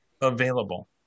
available